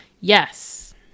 Yes